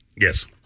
Yes